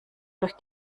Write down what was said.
durch